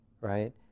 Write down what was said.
right